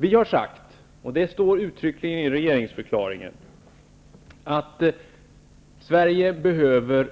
Vi har sagt, och det står uttryckligen i regeringsförklaringen, att Sverige behöver